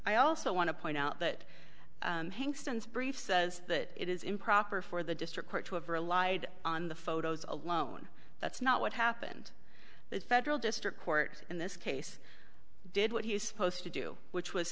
i also want to point out that brief says that it is improper for the district court to have relied on the photos alone that's not what happened the federal district court in this case did what he was supposed to do which was